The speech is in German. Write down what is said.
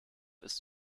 ist